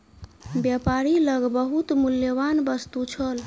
व्यापारी लग बहुत मूल्यवान वस्तु छल